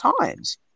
times